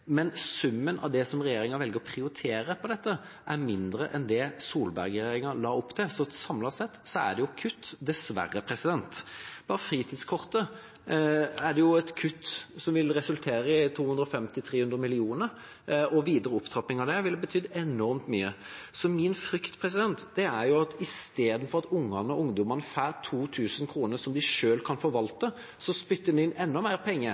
Men summen av det som regjeringa velger å prioritere på dette, er mindre enn det Solberg-regjeringa la opp til. Så samlet sett er det dessverre kutt. For fritidskortet er det et kutt som vil resultere i 205 mill. kr–300 mill. kr. En videre opptrapping ville betydd enormt mye. Så min frykt er at i stedet for at ungene og ungdommene får 2 000 kr som de selv kan forvalte, spytter en inn enda mer penger.